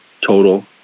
total